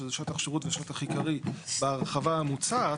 שזה שטח שירות ושטח עיקרי בהרחבה המוצעת,